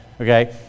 Okay